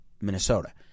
Minnesota